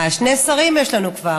אהה, שני שרים יש לנו כבר.